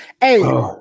Hey